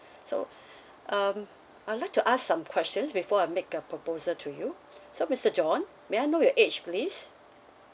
so um I would like to ask some questions before I make a proposal to you so mister john may I know your age please